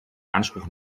anspruch